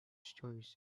stories